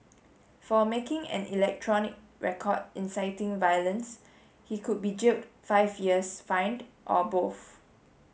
for making an electronic record inciting violence he could be jailed five years fined or both